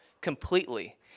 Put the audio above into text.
completely